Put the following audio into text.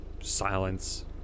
silence